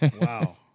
Wow